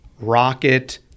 Rocket